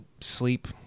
sleep